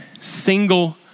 single